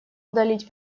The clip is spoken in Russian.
удалить